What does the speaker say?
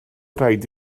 raid